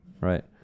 right